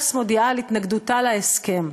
וש"ס מודיעה על התנגדותה להסכם.